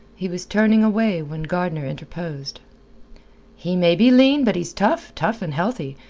he was turning away when gardner interposed. he maybe lean, but he's tough tough and healthy.